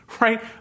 right